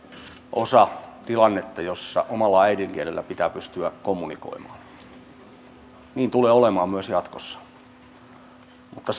osa tilannetta jossa omalla äidinkielellä pitää pystyä kommunikoimaan niin tulee olemaan myös jatkossa mutta